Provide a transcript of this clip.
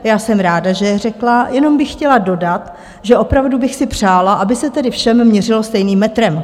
Já jsem ráda, že je řekla, jenom bych chtěla dodat, že opravdu bych si přála, aby se všem měřilo stejným metrem.